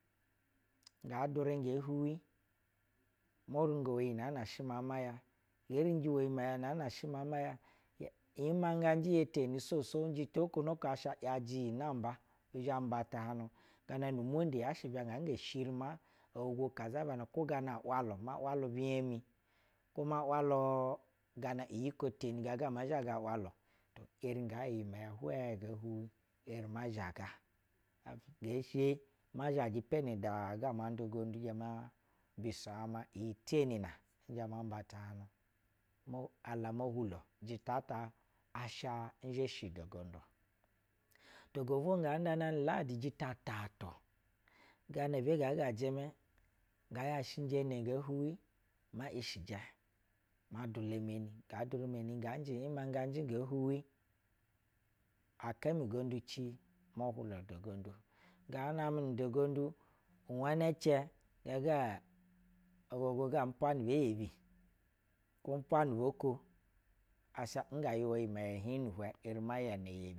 Nga durɛ ngee huwi morungo uwɛ yi nɛ shɛ ma ma ya nge rinji u wɛ yimɛ nɛ shɛ ma ma ya i yimɛ nganji yeteni swob swob ko noko asha yajɛ yin amba bi zhɛ-a nba tahay nu. Gana nu monde ebi shiri ma ohugwo zazaba nak wo gana walu ma walu binya mi kwo ma waluu gana iyi ko temi er inga yɛ iyimɛyɛ hwɛ ngee huwi eri ma zhaga nge zhe ma zhajɛ pe nu da ga ma nda goudu no mbiso ah ma iyi teni na ma aka mo hulo asha jita ta n zhenshi nu da gonnd-o gobwonu and naɛ uladi jita tatu gana be gaa ga jɛmɛ nga yesjhɛyɛ ene ngee huwi mɛ ishijɛ ma dula meni nga durɛ men inga imɛngɛji ngee huwi aka mi gondu ci ma ahwala da gondu nga namɛ nu da gondu, uhwana cɛ gaa ga ogogo ga umpwa nibɛ iyebi kwo umpwa nu bo ko asha nuga yɛwa iyimɛyɛ hin ni hwɛ n eri ma zha nu da gandu.